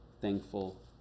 thankful